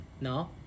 No